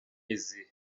izihe